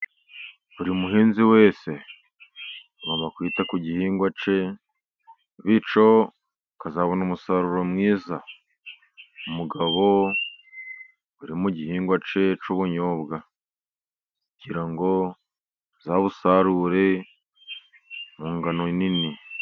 Buri muhinzi wese agomba kwita ku gihingwa cye , bityo akazabona umusaruro mwiza , umugabo uri mu gihingwa cye cy'ubunyobwa kugira ngo azawusarure mu ngano nini.